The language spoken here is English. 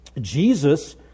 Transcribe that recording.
Jesus